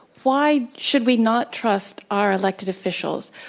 why should we not trust our elected officials?